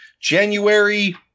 January